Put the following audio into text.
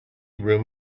room